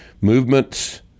Movements